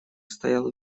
стоял